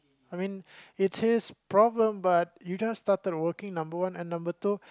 I mean it's his problem but you just started working number one and number two